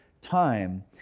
time